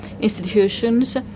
institutions